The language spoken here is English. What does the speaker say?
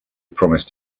promised